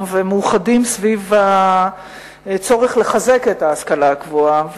ומאוחדים סביב הצורך לחזק את ההשכלה הגבוהה.